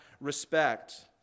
respect